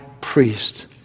priest